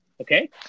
okay